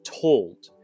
told